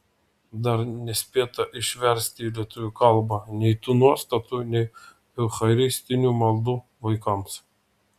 dar nespėta išversti į lietuvių kalbą nei tų nuostatų nei eucharistinių maldų vaikams